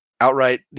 outright